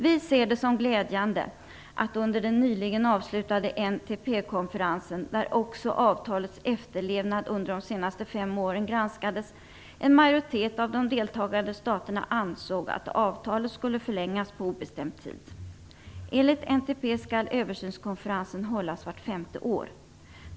Vi ser det som glädjande att en majoritet av de deltagande staterna under den nyligen avslutade NPT-konferensen, där också avtalets efterlevnad under de senaste fem åren granskades, ansåg att avtalet skulle förlängas på obestämd tid. Enligt NPT skall översynskonferensen hållas vart femte år.